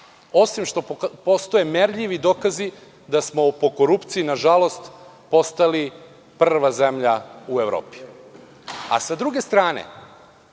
osim što postoje merljivi dokazi da smo po korupciji nažalost postali prva zemlja u Evropi, a sa druge strane,